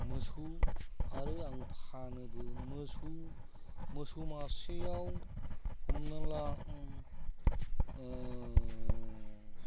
मोसौ आरो आं फानोबो मोसौ मोसौ मासेयाव हमना ला